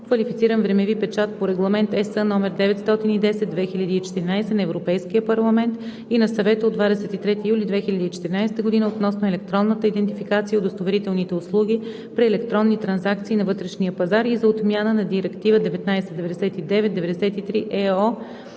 квалифициран времеви печат по Регламент (ЕС) № 910/2014 на Европейския парламент и на Съвета от 23 юли 2014 г. относно електронната идентификация и удостоверителните услуги при електронни трансакции на вътрешния пазар и за отмяна на Директива 1999/93/ЕО